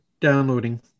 Downloading